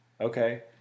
okay